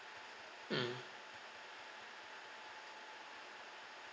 mm